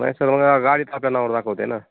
नाही सर मग गाडी तर आपल्या नावावर दाखवते ना